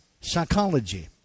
psychology